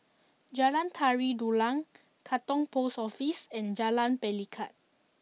Jalan Tari Dulang Katong Post Office and Jalan Pelikat